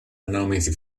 anonymity